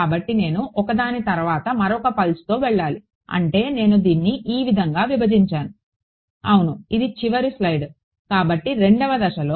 కాబట్టి నేను ఒకదాని తరువాత మరొక పల్స్తో వెళ్ళాలి అంటే నేను దీన్ని ఈ విధంగా విభజించాను అవును ఇది చివరి స్లయిడ్ కాబట్టి 2వ దశలో